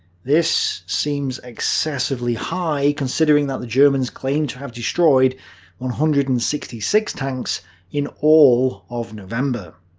this seems excessively high, considering that the germans claimed to have destroyed one hundred and sixty six tanks in all of november.